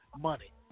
money